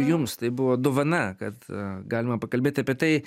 jums tai buvo dovana kad galima pakalbėti apie tai